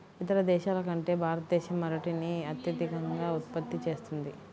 ఇతర దేశాల కంటే భారతదేశం అరటిని అత్యధికంగా ఉత్పత్తి చేస్తుంది